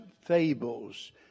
fables